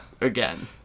again